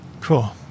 Cool